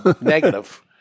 Negative